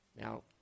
Now